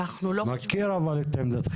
אנחנו לא חושבים --- אני מכיר את עמדתכם,